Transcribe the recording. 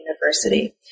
University